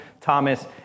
Thomas